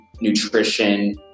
nutrition